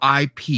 IP